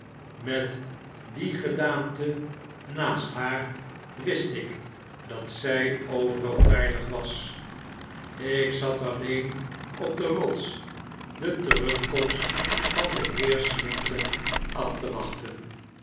met die gedaante naast haar wist ik dat zy overal veilig was ik zat alleen op de rots de terugkomst van den heer slinkton afte wachten